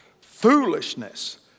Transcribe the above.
Foolishness